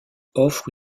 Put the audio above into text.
offre